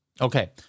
Okay